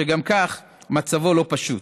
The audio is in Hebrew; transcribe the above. שגם כך מצבו לא פשוט.